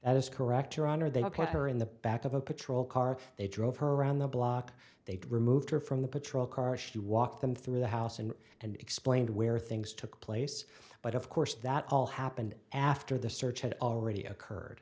that is correct your honor they had left her in the back of a patrol car they drove her around the block they removed her from the patrol car she walked them through the house and to explain where things took place but of course that all happened after the search had already occurred